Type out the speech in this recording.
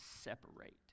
separate